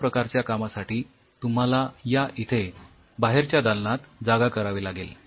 अश्या प्रकारच्या कामासाठी तुम्हाला या इथे बाहेरच्या दालनात जागा करावी लागेल